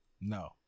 No